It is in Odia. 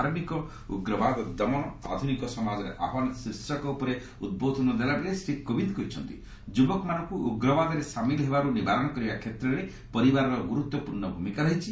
ଧାର୍ମିକ 'ଉଗ୍ରବାଦ ଦମନ ଆଧୁନିକ ସମାଜରେ ଆହ୍ୱାନ' ଶୀର୍ଷକ ଉପରେ ଉଦ୍ବୋଧନ ଦେଲାବେଳେ ଶ୍ରୀ କୋବିନ୍ଦ କହିଛନ୍ତି ଯୁବକମାନଙ୍କୁ ଉଗ୍ରବାଦରେ ସାମିଲ ହେବାରୁ ନିବାରଣ କରିବା କ୍ଷେତ୍ରରେ ପରିବାରର ଗୁରୁତ୍ୱପୂର୍୍ଣ ଭୂମିକା ରହିଛି